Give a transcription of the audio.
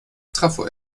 trafo